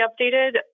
updated